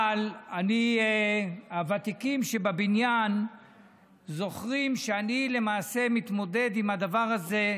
אבל הוותיקים שבבניין זוכרים שאני למעשה מתמודד עם הדבר הזה,